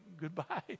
goodbye